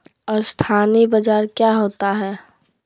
अस्थानी बाजार क्या होता है?